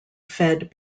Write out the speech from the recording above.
fed